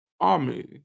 army